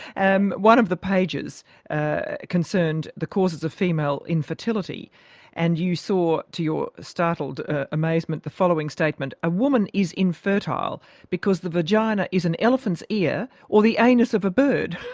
and one of the pages ah concerned the causes of female infertility and you saw to your startled amazement the following statement a woman is infertile because the vagina is an elephant's ear or the anus of a bird,